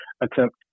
attempt